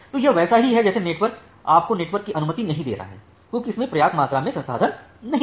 तो यह वैसा ही है जैसे नेटवर्क आपको नेटवर्क की अनुमति नहीं दे रहा है क्योंकि इसमें पर्याप्त मात्रा में संसाधन नहीं हैं